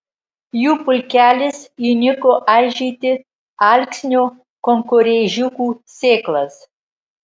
jų pulkelis įniko aižyti alksnio kankorėžiukų sėklas